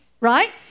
Right